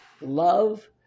Love